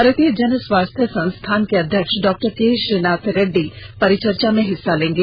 भारतीय जनस्वास्थ्य संस्थान के अध्यक्ष डॉ के श्रीनाथ रेड्डी परिचर्चा में हिस्सा लेगे